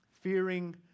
Fearing